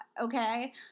okay